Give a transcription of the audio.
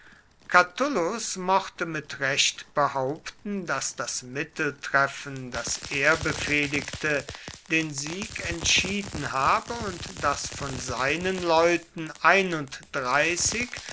catulus mochte mit recht behaupten daß das mitteltreffen das er befehligte den sieg entschieden habe und daß von seinen leuten